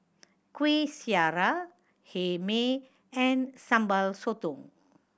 Kueh Syara Hae Mee and Sambal Sotong